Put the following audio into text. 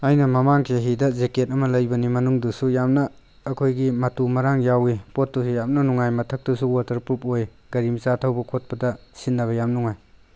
ꯑꯩꯅ ꯃꯃꯥꯡ ꯆꯍꯤꯗ ꯖꯦꯛꯀꯦꯠ ꯑꯃ ꯂꯩꯕꯅꯦ ꯃꯅꯨꯡꯗꯨꯁꯨ ꯌꯥꯝꯅ ꯑꯩꯈꯣꯏꯒꯤ ꯃꯇꯨ ꯃꯔꯥꯡ ꯌꯥꯎꯏ ꯄꯣꯠꯇꯨꯁꯨ ꯌꯥꯝꯅ ꯅꯨꯡꯉꯥꯏ ꯃꯊꯛꯇꯁꯨ ꯋꯥꯇꯔꯄ꯭ꯔꯨꯞ ꯑꯣꯏ ꯒꯥꯔꯤ ꯃꯆꯥ ꯊꯧꯕ ꯈꯣꯠꯄꯗ ꯁꯤꯟꯅꯕ ꯌꯥꯝ ꯅꯨꯡꯉꯥꯏ